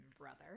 brother